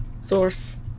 Source